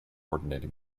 ordinating